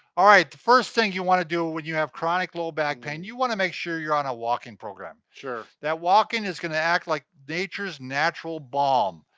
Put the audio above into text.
all right the first thing you wanna do when you have chronic low back pain, you wanna make sure you're on a walking program. sure. that walking is gonna act like nature's natural bomb.